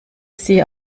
sie